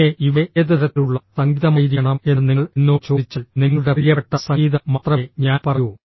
പിന്നെ ഇവിടെ ഏത് തരത്തിലുള്ള സംഗീതമായിരിക്കണം എന്ന് നിങ്ങൾ എന്നോട് ചോദിച്ചാൽ നിങ്ങളുടെ പ്രിയപ്പെട്ട സംഗീതം മാത്രമേ ഞാൻ പറയൂ